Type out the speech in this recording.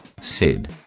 Sid